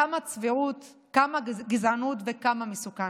כמה צביעות, כמה גזענות וכמה מסוכן.